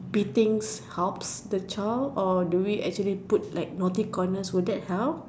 beatings helped the child or do we actually put like naughty corners would that help